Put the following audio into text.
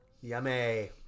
yummy